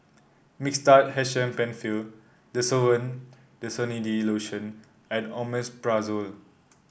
Mixtard H M Penfill Desowen Desonide Lotion and Omeprazole